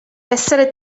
essere